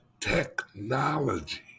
technology